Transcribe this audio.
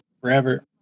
forever